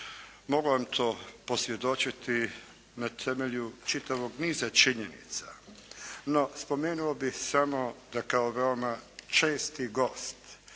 Mogu vam to posvjedočiti na temelju čitavog niza činjenica, no spomenuo bih samo da kao veoma česti gost